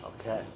Okay